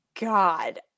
God